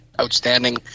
outstanding